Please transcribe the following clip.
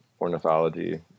ornithology